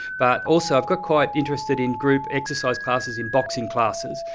but also i've got quite interested in group exercise classes, in boxing classes.